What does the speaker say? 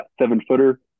seven-footer